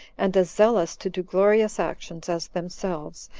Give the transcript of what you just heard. and as zealous to do glorious actions, as themselves,